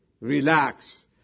relax